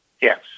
Yes